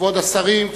כבוד השרים,